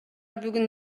бүгүн